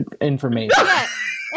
information